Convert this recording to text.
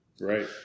Right